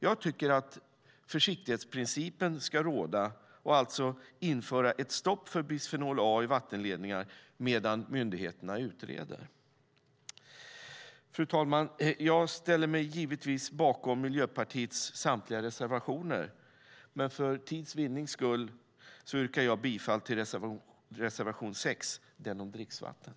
Jag tycker att försiktighetsprincipen bör råda och att man ska införa ett stopp för bisfenol A i vattenledningar medan myndigheterna utreder. Fru talman! Jag ställer mig givetvis Miljöpartiets samtliga reservationer, men för tids vinnings skull yrkar jag bifall till reservation 6 om dricksvatten.